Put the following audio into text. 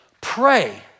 pray